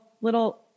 little